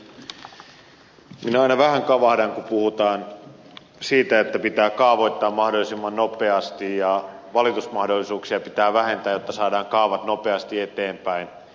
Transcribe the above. minä aina vähän kavahdan kun puhutaan siitä että pitää kaavoittaa mahdollisimman nopeasti ja valitusmahdollisuuksia pitää vähentää jotta saadaan kaavat nopeasti eteenpäin